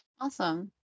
Awesome